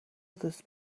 others